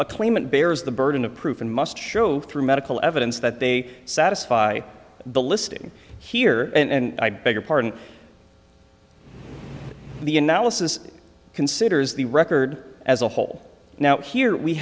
a claimant bears the burden of proof and must show through medical evidence that they satisfy the listing here and i beg your pardon the analysis considers the record as a whole now here we